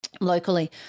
locally